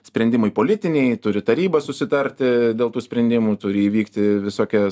sprendimai politiniai turi taryba susitarti dėl tų sprendimų turi įvykti visokie